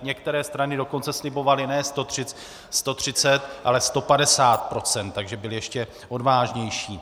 Některé strany dokonce slibovaly ne 130, ale 150 %, takže byly ještě odvážnější.